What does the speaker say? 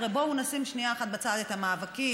חבר'ה,